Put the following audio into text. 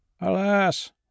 Alas